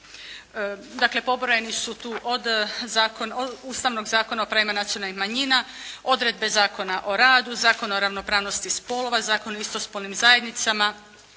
Dakle, pobrojeni su tu od Ustavnog zakona o pravima nacionalnih manjina, odredbe Zakona o radu, Zakona o ravnopravnosti spolova, Zakona o istospolnim zajednicama,